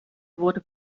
wurde